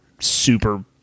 super